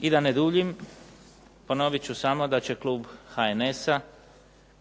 I da ne duljim, ponovit ću samo da će Klub HNS-a